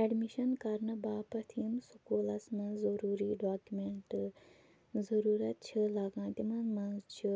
admission کرنہٕ باپَتھ یِم سکوٗلَس منٛز ضروٗری ڈاکمیٚنٹہٕ ضروٗرت چھِ لَگان تِمَن منٛز چھُ